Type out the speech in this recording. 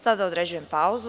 Sada određujem pauzu.